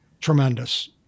tremendous